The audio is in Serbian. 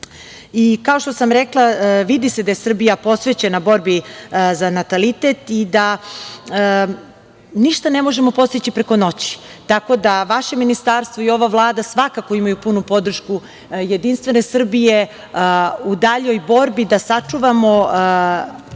dece. Kao što sam rekla, vidi se da je Srbija posvećena borbi za natalitet i da ništa ne može postići preko noći. Tako da vaše ministarstvo i ova Vlada svakako imaju punu podršku JS u daljoj borbi da sačuvamo